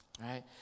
right